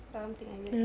something like that